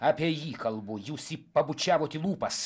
apie jį kalbu jūs jį pabučiavot į lūpas